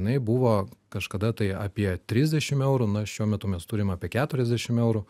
jinai buvo kažkada tai apie trisdešim eurų na šiuo metu mes turim apie keturiasdešim eurų